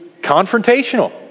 confrontational